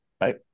Right